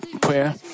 prayer